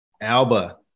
Alba